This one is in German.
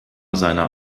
seiner